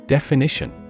Definition